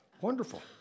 Wonderful